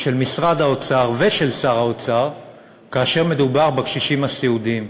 של משרד האוצר ושל שר האוצר כאשר מדובר בקשישים הסיעודיים.